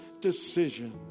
decision